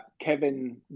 Kevin